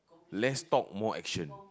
less talk more action